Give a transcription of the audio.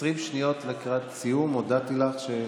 20 שניות לקראת סיום הודעתי לך,